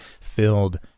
filled